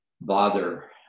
bother